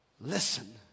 listen